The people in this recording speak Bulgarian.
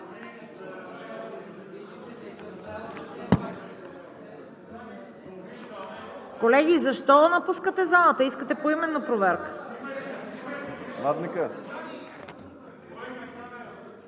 Колеги, защо напускате залата? Искате поименна проверка.